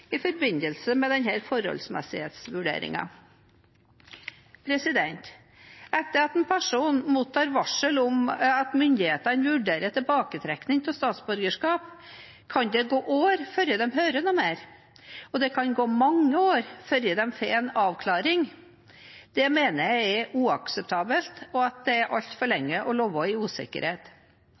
Etter at en person mottar varsel om at myndighetene vurderer tilbaketrekking av statsborgerskap, kan det gå år før de hører noe mer, og det kan gå mange år før de får en avklaring. Det mener jeg er uakseptabelt, og det er altfor lenge å leve i usikkerhet.